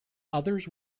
others